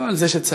לא על זה שצעקנו,